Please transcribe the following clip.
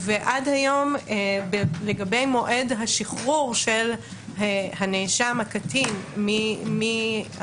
עד היום לגבי מועד השחרור של הנאשם הקטין מהמעון,